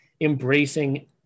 embracing